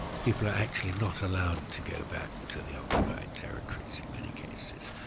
people are actually not allowed to go back to the occupied territories in many cases.